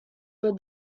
were